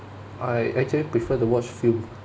I actually prefer to watch film